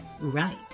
right